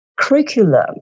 curriculum